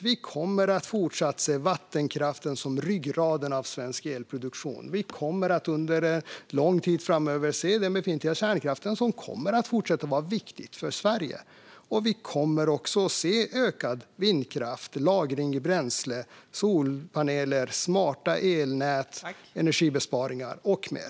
Vi kommer fortsatt att se vattenkraften som ryggraden i svensk elproduktion. Vi kommer under lång tid framöver att se den befintliga kärnkraften som fortsatt viktig för Sverige. Vi kommer också att se ökad vindkraft, lagring i bränsle, solpaneler, smarta elnät, energibesparingar och mer.